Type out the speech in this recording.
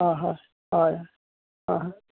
हय हय हय हय